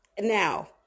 now